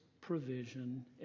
provision